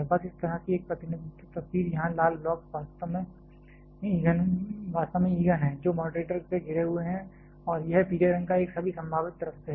बस इस तरह की एक प्रतिनिधित्व तस्वीर यहाँ लाल ब्लॉक वास्तव में ईंधन हैं जो मॉडरेटर से घिरे हुए हैं यह पीले रंग का एक सभी संभावित तरफ से है